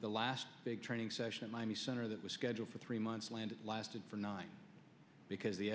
the last big training session in miami center that was scheduled for three months land it lasted for nine because the